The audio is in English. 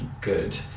good